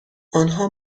آنها